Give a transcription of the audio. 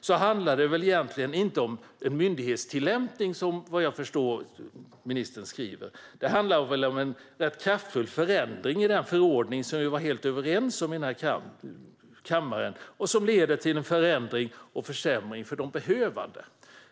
Det handlar väl egentligen inte om en myndighetstillämpning som ministern, vad jag förstår, säger? Det handlar väl om en rätt kraftfull förändring i den förordning som vi var helt överens om i denna kammare och som leder till en förändring och försämring för de behövande?